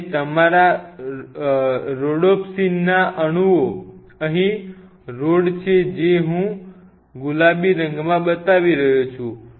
અને તમારા રોડોપ્સિનના અણુઓ અહીં રૉડ છે જે હું ગુલાબી રંગમાં બતાવી રહ્યો છું